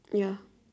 ya